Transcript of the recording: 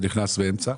שנכנס באמצע,